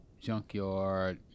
junkyard